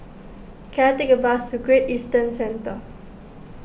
can I take a bus to Great Eastern Centre